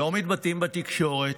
לא מתבטאים בתקשורת,